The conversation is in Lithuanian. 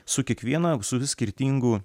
su kiekviena su vis skirtingu